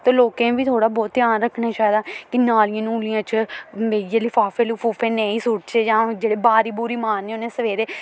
ते लोकें गी बी थोह्ड़ा बोह्त ध्यान रक्खना चाहिदा कि नालियें नूलियें च बेहियै लफाफे लफूफे नेईं सुट्टचै जां जेह्ड़े ब्हारी बूह्री मारने उ'नें सवेरे